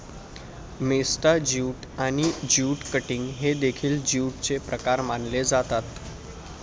मेस्टा jute आणि jute cutting हे देखील ज्यूटचे प्रकार मानले जातात